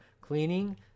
cleaning